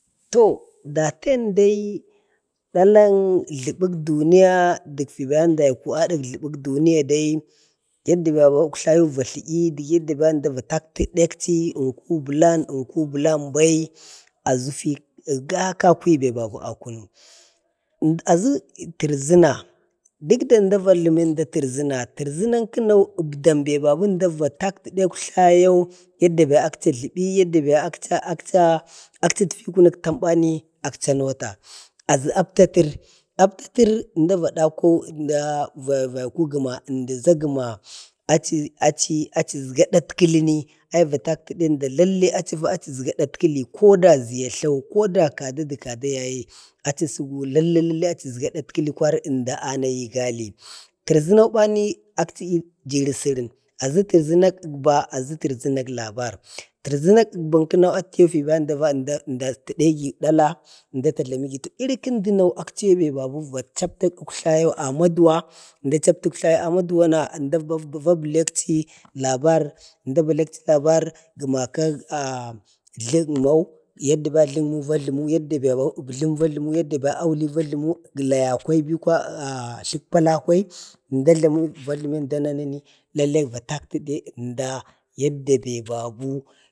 to daten dai dalan jləbək duniya dək fi baibu wai ko adak jləbək duniya bai. yadd baba uk'yayu va tləyi da yadda əmda va tatkudekchi ənku bəlan ənku blən bai aʒu fii ga kakuyu be baby kunu. aʒu tərʒəna, dək da əmda va jləmi əmda tərʒəna, tənau, əbdambe babu vatatkəda i uktlayau yadda be akchi a jləbi, biya akcha akcha akchi əfkikunu tambani akcha a nauta. aʒu aptatər, aptatər əmda va dakwau, ənda vaiku gəna achi achi əʒga adatkəli ni, achi vatatkəda i əmda lalle achi əʒga a datkəli koda ʒiya tlo, koda kada de kada yaye lalle achi eʒga adatkəli kwari ənda anayi i gali. tərʒəna bani akchi jiri sərən, aʒu tərʒəna əgba. aʒu tərʒəna labar. tərʒənak əgbag kəno atəba fi ba əmda atəba ənda atltegi dala. iri kən duno atibe babu əmda va chaptak uktlayu amaduwa, əmda chaptu uktlayu amaduwa na va bəlekchi labar, əmda abəlekchi labar gəna kak jlugumo yadda ba jlugumau va jlumu, yadda əbjlam vajlumu. yadda aulai va jləmu, gəlaya kwai bikwa tləkpalu. ʒmda jlamu vajlamik əmda nanu, va tatkəde əmda be babu